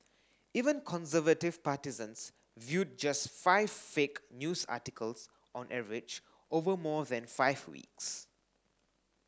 even conservative partisans viewed just five fake news articles on average over more than five weeks